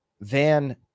Van